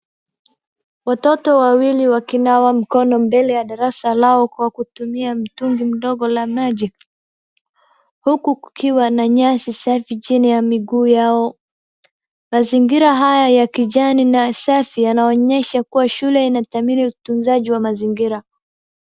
Watoto wawili wakinawa mikino mbele ya darasa lao kwa kutumia mtungi mdogo la maji, huku kukiwa na nyasi safi chini ya miguu yao. Mazigira haya ya kijani na safi yanaonyesha kuwa shule inadhamini utunzaji wa mazingira.